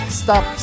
stop